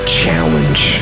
challenge